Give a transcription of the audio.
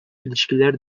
ilişkiler